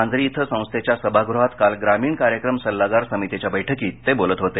मांजरी इथं संस्थेच्या सभागृहात काल ग्रामीण कार्यक्रम सल्लागार समितीच्या बैठकीत ते बोलत होते